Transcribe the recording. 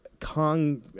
Kong